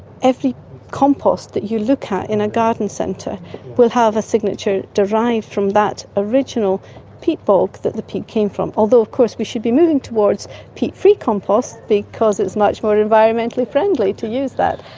every compost that you look at in a garden centre will have a signature derived from that original peat bog that the peat come from, although of course we should be moving towards peat-free compost because it's much more environmentally friendly to use that.